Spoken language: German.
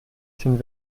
sind